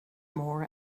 more